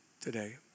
today